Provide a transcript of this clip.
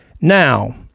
Now